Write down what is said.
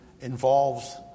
involves